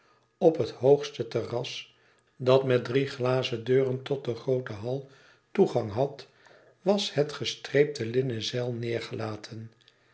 op het hoogste terras dat met drie glazen deuren tot den grooten hall toegang had was het gestreepte linnen zeil neêrgelaten